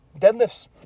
deadlifts